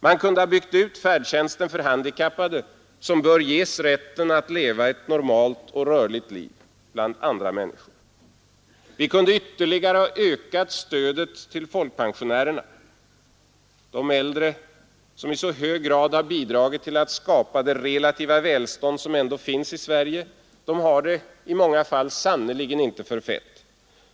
Vi kunde ha byggt ut färdtjänsten för handikappade, som bör ges rätten att leva ett normalt och rörligt liv bland andra människor. Vi kunde ytterligare ha ökat stödet till folkpensionärerna. De äldre, som i så hög grad har bidragit till att skapa det relativa välstånd som ändå finns i Sverige, har det i många fall sannerligen inte för fett.